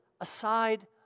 aside